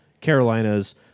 Carolinas